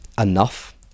enough